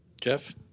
Jeff